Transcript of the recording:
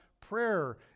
prayer